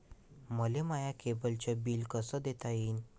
मले माया केबलचं बिल कस देता येईन?